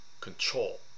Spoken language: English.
control